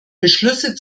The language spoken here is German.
beschlüsse